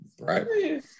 Right